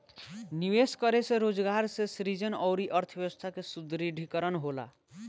निवेश करे से रोजगार के सृजन अउरी अर्थव्यस्था के सुदृढ़ीकरन होला